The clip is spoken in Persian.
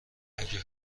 اگه